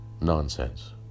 Nonsense